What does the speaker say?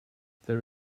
there